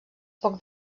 poc